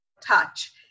touch